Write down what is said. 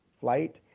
flight